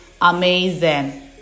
Amazing